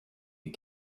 you